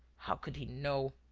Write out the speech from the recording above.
how could he know.